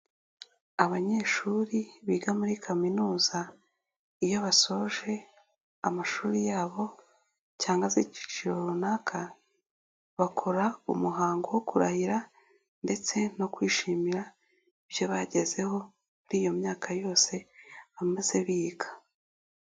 Abanyeshuri biga muri kaminuza iyo basoje amashuri yabo cyangwa se ikiciro runaka, bakora umuhango wo kurahira ndetse no kwishimira ibyo bagezeho muri iyo myaka yose bamaze biga.